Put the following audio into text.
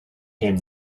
came